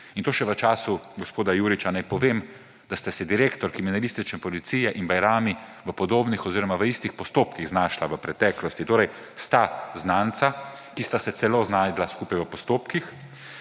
in to še v času gospoda Juriča. Naj povem, da sta se direktor kriminalistične policije in Bajrami v podobnih oziroma v istih postopkih znašla v preteklosti, torej sta znanca, ki sta se celo znašla skupaj v postopkih.